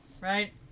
right